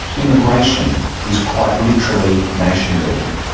immigration is, quite literally, nation building.